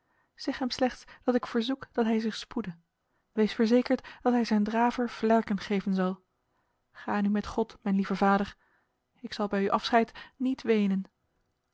hem slechts dat ik verzoek dat hij zich spoede wees verzekerd dat hij zijn draver vlerken geven zal ga nu met god mijn lieve vader ik zal bij uw afscheid niet wenen